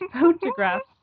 photographs